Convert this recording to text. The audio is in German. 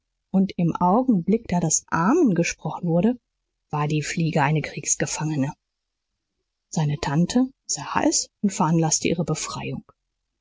und im augenblick da das amen gesprochen wurde war die fliege eine kriegsgefangene seine tante sah es und veranlaßte ihre befreiung